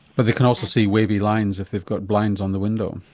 but they can also see wavy lines if they've got blinds on the window.